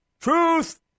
Truth